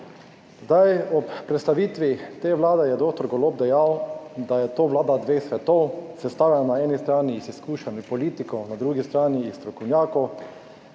Zdaj ob predstavitvi te vlade je dr. Golob dejal, da je to vlada dveh svetov, sestavljena na eni strani iz izkušenj politikov, na drugi strani strokovnjakov,